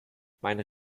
meinen